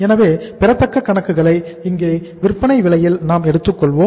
எனவே பெறத்தக்க கணக்குகளை இங்கே விற்பனை விலையில் நாம் எடுத்துக்கொள்வோம்